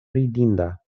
ridinda